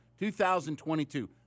2022